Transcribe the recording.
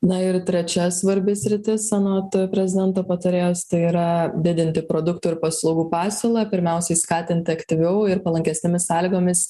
na ir trečia svarbi sritis anot prezidento patarėjos tai yra didinti produktų ir paslaugų pasiūlą pirmiausiai skatinti aktyviau ir palankesnėmis sąlygomis